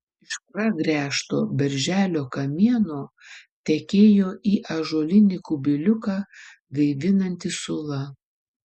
iš pragręžto berželio kamieno tekėjo į ąžuolinį kubiliuką gaivinanti sula